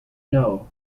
know